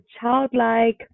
childlike